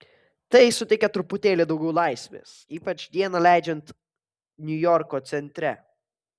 tai suteikia truputėlį daugiau laisvės ypač dieną leidžiant niujorko centre